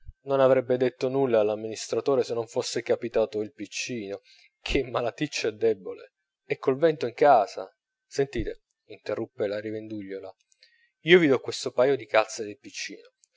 non avrebbe detto nulla all'amministratore se non fosse capitato il piccino ch'è malaticcio e debole e col vento in casa sentite interruppe la rivendugliola io vi do questo paio di calze pel piccino